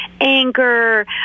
anger